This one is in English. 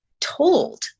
told